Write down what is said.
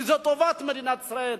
כי זו טובת מדינת ישראל.